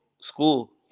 school